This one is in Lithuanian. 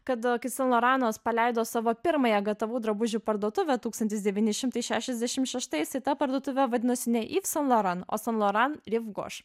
kad kai san loranas paleido savo pirmąją gatavų drabužių parduotuvę tūkstantis devyni šimtai šešiasdešim šeštais tai ta parduotuvė vadinosi ne iv san loran o san loran riv goš